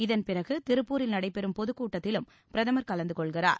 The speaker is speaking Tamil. இதன்பிறகு திருப்பூரில் நடைபெறும் பொதுக் கூட்டத்திலும் பிரதமர் கலந்து கொள்கிறார்